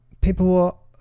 People